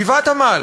גבעת-עמל,